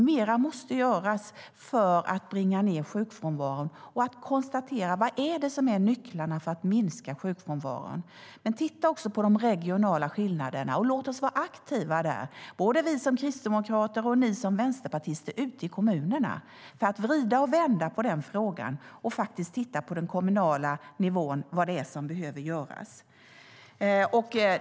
Mer måste göras för att minska sjukfrånvaron och konstatera vilka nycklarna är för att göra det. Men låt oss också titta på de regionala skillnaderna. Låt oss vara aktiva, både vi som kristdemokrater och ni som vänsterpartister ute i kommunerna, för att vrida och vända på den frågan och titta på vad som behöver göras på den kommunala nivån.